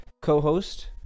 co-host